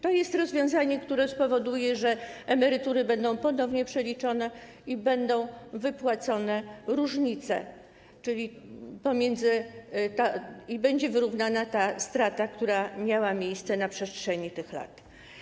To jest rozwiązanie, które spowoduje, że emerytury będą ponownie przeliczone i będą wypłacone różnice, czyli będzie wyrównana ta strata, która miała miejsce na przestrzeni tych lat.